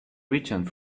returned